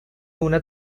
una